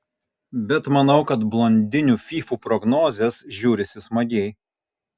bet manau kad blondinių fyfų prognozės žiūrisi smagiai